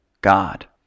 God